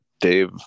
Dave